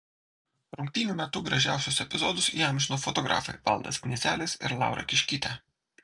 rungtynių metu gražiausius epizodus įamžino fotografai valdas knyzelis ir laura kiškytė